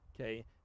Okay